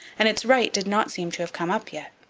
and its right did not seem to have come up yet.